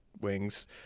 wings